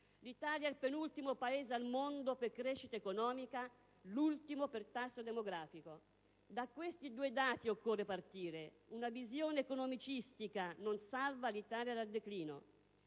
L'Italia è il penultimo Paese al mondo per crescita economica, l'ultimo per tasso demografico. Da questi due dati occorre partire. Una visione economicistica non salva il nostro Paese dal declino.